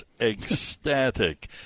ecstatic